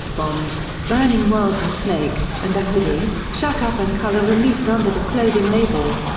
bombs, burning world and snake, and a hoodie, shut up and color released under the clothing label.